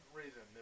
reason